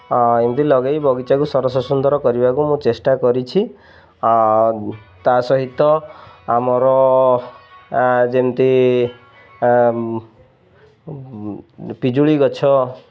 ଏମିତି ଲଗାଇ ବଗିଚାକୁ ସରସ ସୁନ୍ଦର କରିବାକୁ ମୁଁ ଚେଷ୍ଟା କରିଛି ତା ସହିତ ଆମର ଯେମିତି ପିଜୁଳି ଗଛ